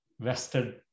vested